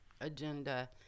agenda